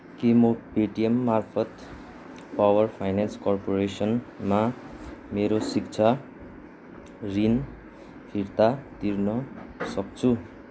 के म पेटिएम मार्फत पावर फाइनेन्स कर्पोरेसनमा मेरो शिक्षा ऋण फिर्ता तिर्न सक्छु